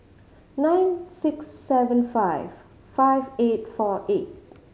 nine six seven five five eight four eight